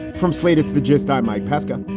from slated to the gist. i'm mike pesca.